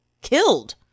killed